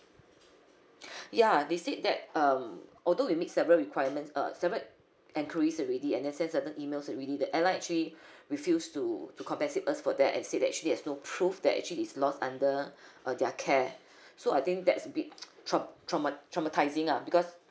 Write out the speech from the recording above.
ya they said that um although we made several requirement uh seve~ enquiries already and then sent several emails already the airline actually refuse to to compensate us for that and said that actually has no proof that actually is lost under uh their care so I think that's a bit trau~ trauma~ traumatising lah because